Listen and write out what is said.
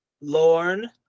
Lorne